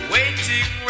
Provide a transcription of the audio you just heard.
Waiting